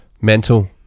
mental